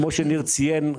כפי שניר ציין,